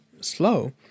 slow